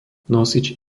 nosič